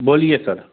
बोलिए सर